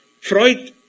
Freud